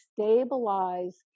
stabilize